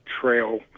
trail